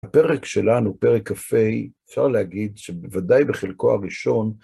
הפרק שלנו, פרק כ"ה, אפשר להגיד שבוודאי בחלקו הראשון